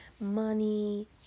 money